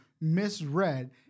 misread